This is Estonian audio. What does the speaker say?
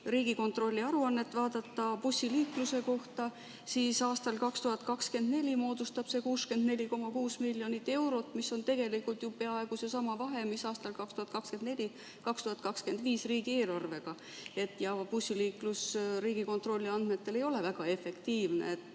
Riigikontrolli aruannet bussiliikluse kohta, siis aastal 2024 moodustab see 64,6 miljonit eurot, mis on tegelikult ju peaaegu seesama vahe, mis aastail 2024–2025 riigieelarvega. Bussiliiklus Riigikontrolli andmetel ei ole väga efektiivne.